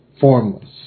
formless